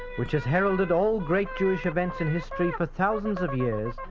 which has heralded all great jewish events in history for thousands of years,